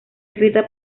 escrita